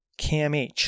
CAMH